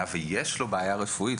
היה ויש לו בעיה רפואית,